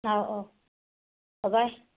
ꯑꯧ ꯑꯧ ꯕꯕꯥꯏ